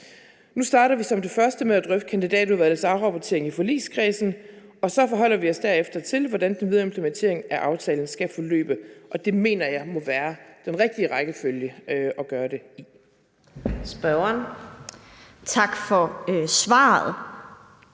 Nu starter vi som det første med at drøfte Kandidatudvalgets afrapportering i forligskredsen, og så forholder vi os derefter til, hvordan den videre implementering af aftalen skal forløbe. Det mener jeg må være den rigtige rækkefølge at gøre det i.